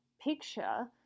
picture